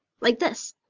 like this.